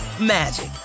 magic